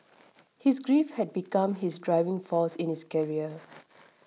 his grief had become his driving force in his career